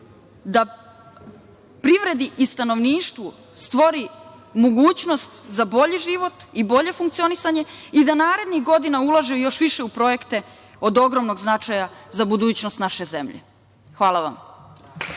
da privredi i stanovništvu stvori mogućnost za bolji život i bolje funkcionisanje i da naredih godina ulaže još više u projekte od ogromnog značaja za budućnost naše zemlje. Hvala vam.